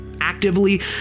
actively